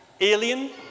alien